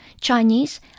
Chinese